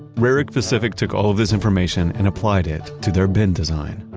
rehrig pacific took all of this information and applied it to their bin design.